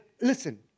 Listen